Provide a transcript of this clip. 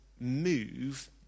move